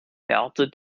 härte